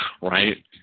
Right